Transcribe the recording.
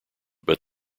but